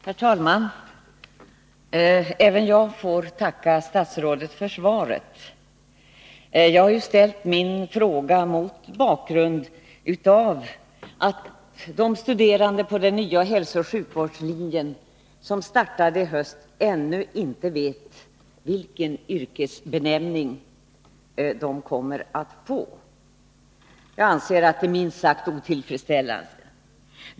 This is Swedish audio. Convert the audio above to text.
Herr talman! Även jag får tacka statsrådet för svaret. Jag har ju ställt min fråga mot bakgrund av att de studerande på den nya hälsooch sjukvårdslinje som startade i höst ännu inte vet vilken benämning deras yrke kommer att få. Jag anser att detta är minst sagt otillfredsställande.